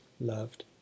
loved